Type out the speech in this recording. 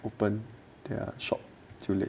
open their shop too late